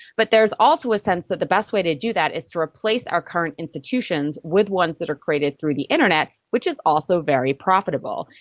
but there's also a sense that the best way to do that is to replace our current institutions with ones that are created through the internet, which is also very profitable.